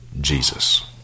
Jesus